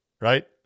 right